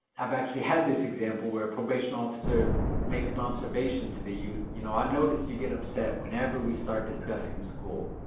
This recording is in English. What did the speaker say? i've actually had this example where a probation officer makes an observation to the youth. you know i notice you get upset whenever we start discussing school.